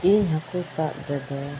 ᱤᱧ ᱦᱟᱹᱠᱩ ᱥᱟᱵ ᱨᱮᱫᱚ